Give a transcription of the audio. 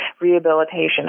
rehabilitation